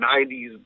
90s